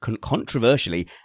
controversially